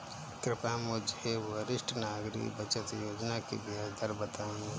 कृपया मुझे वरिष्ठ नागरिक बचत योजना की ब्याज दर बताएं